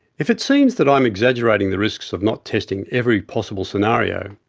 if it seems that i am exaggerating the risks of not testing every possible scenario,